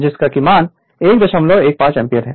जिसकी value 115 ampere है